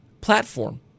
platform